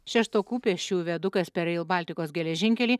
šeštokų pėsčiųjų viadukas per rail baltikos geležinkelį